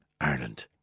Ireland